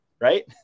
Right